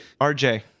RJ